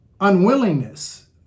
unwillingness